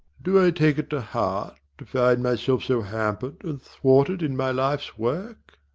do i take it to heart, to find myself so hampered and thwarted in my life's work?